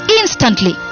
instantly